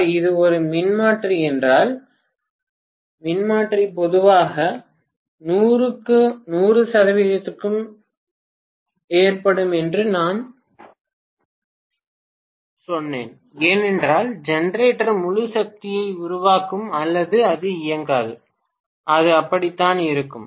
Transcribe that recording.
பார் இது ஒரு மின்மாற்றி என்றால் மின்மாற்றி பொதுவாக 100 க்கு ஏற்றப்படும் என்று நான் சொன்னேன் ஏனென்றால் ஜெனரேட்டர் முழு சக்தியை உருவாக்கும் அல்லது அது இயங்காது அது அப்படித்தான் இருக்கும்